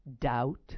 doubt